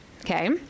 okay